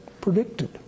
predicted